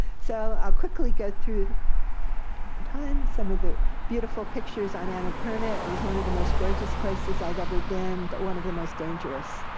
so i'll quickly go through see how we're doing on time some of the beautiful pictures on and annapurna. it was one of the most gorgeous places i've ever been, but one of the most dangerous.